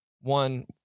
One